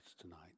tonight